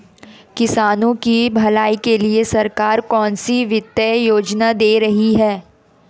किसानों की भलाई के लिए सरकार कौनसी वित्तीय योजना दे रही है?